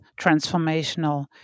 transformational